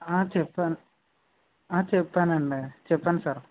చెప్పాను చెప్పానండి చెప్పాను సార్